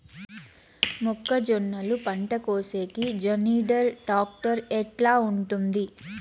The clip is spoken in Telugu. మొక్కజొన్నలు పంట కోసేకి జాన్డీర్ టాక్టర్ ఎట్లా ఉంటుంది?